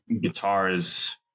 guitars